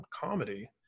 comedy